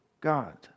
God